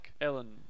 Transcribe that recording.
Ellen